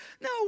No